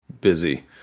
busy